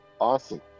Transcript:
Awesome